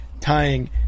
tying